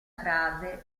frase